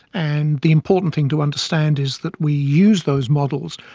and the important thing to understand is that we use those models,